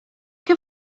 che